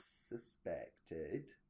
suspected